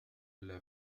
إلا